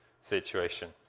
situation